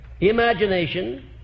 imagination